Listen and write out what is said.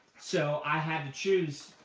so i had to choose,